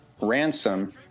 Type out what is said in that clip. Ransom